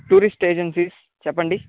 tourist agencies చెప్పండి